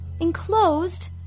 Enclosed